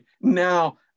Now